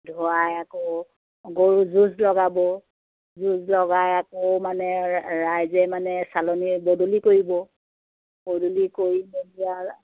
ধোৱাই আকৌ গৰু ষুঁজ লগাব ষুঁজ লগাই আকৌ মানে ৰাইজে মানে চালনী বদলি কৰিব বদলি কৰি মেলি আৰু